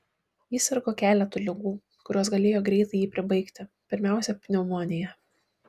jis sirgo keletu ligų kurios galėjo greitai jį pribaigti pirmiausia pneumonija